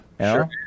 Sure